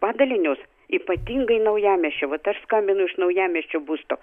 padalinius ypatingai naujamiesčio vat aš skambinu iš naujamiesčio būsto